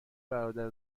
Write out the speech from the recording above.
برادر